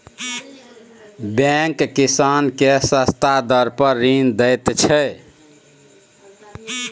bank किसान केँ सस्ता दर पर ऋण दैत छै